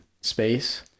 space